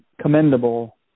commendable